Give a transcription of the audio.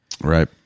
Right